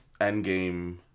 Endgame